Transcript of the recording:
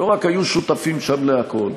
לא רק היו שותפים שם לכול,